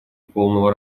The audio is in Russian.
полного